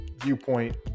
viewpoint